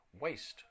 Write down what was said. waste